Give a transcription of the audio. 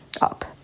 up